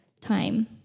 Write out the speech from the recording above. time